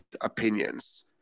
opinions